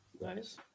nice